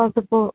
పసుపు